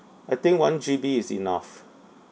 I think one G_B is enough